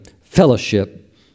fellowship